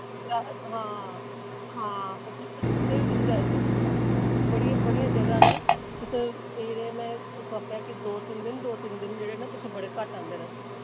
हां हां उत्थै बी तुस जाई सकदे ओह् बड़ियां बड़ियां ज'गां न तुस एह् जेहड़े में तुस आखा दे कि दो तिन्न दिन दो तिन्न दिन जेह्ड़े न तुसें बड़े घट्ट आंदे न